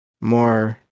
more